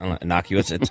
innocuous